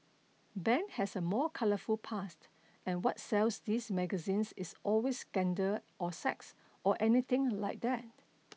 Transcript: Ben has a more colourful past and what sells these magazines is always scandal or sex or anything like that